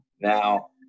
Now